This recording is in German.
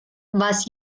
was